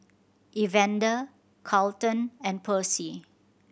Evander Carleton and Percy